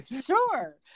sure